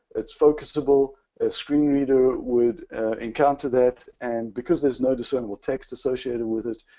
it's focusable. a screen reader would encounter that. and because there's no discernable text associated with it,